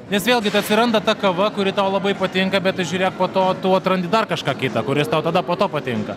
nes vėlgi atsiranda ta kava kuri tau labai patinka bet tai žiūrėk po to tu atrandi dar kažką kitą kuris tau tada po to patinka